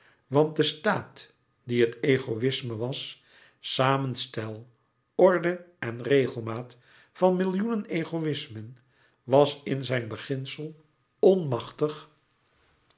want de staat die het egoïsme was samenstel orde en regelmaat van millioenen egoïsmen was in zijn beginsel onmachtig